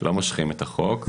לא מושכים את החוק.